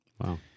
Wow